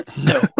No